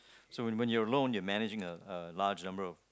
so when when you're alone you're managing a a large number of